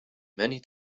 many